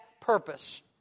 purpose